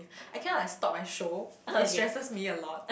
I cannot like stop my show it stresses me a lot